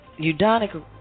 Eudonic